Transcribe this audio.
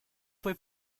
fue